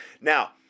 Now